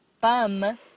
Bum